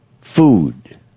food